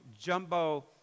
jumbo